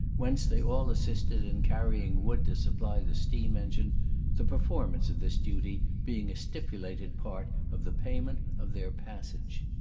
whence they all assisted in carrying wood to supply the steam engine the performance of this duty being a stipulated part of the payment of their passage.